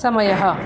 समयः